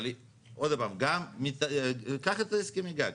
אבל עוד פעם, קח את הסכמי הגג.